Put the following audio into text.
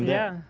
um yeah,